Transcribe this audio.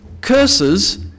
curses